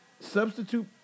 Substitute